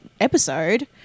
episode